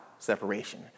Separation